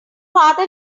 father